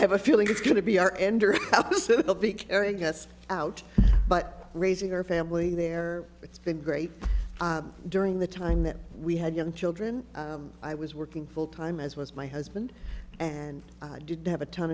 i have a feeling it's going to be our end will be carrying us out but raising our family there it's been great during the time that we had young children i was working full time as was my husband and i didn't have a ton